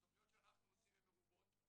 התכניות שאנחנו עושים הן מרובות,